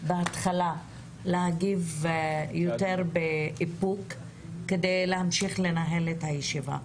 בהתחלה ניסיתי להגיב ביתר איפוק כדי להמשיך לנהל את הישיבה,